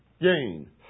Gain